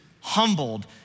humbled